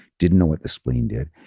didn't know what the spleen did,